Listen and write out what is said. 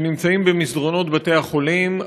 שנמצאים במסדרונות בתי-החולים,